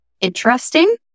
interesting